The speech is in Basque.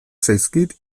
zaizkit